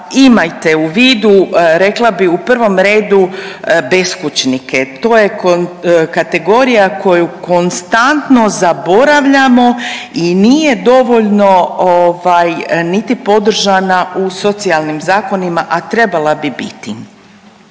imajte u vidu, rekla bih, u prvom redu beskućnike, to je kategorija koju konstantno zaboravljamo i nije dovoljno ovaj niti podržana u socijalnim zakonima, a trebala bi biti.